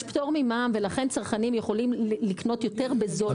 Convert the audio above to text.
יש פטור ממע"מ ולכן צרכנים יכולים לקנות יותר בזול.